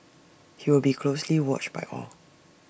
he will be closely watched by all